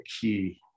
key